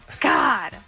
God